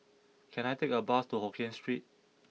can I take a bus to Hokkien Street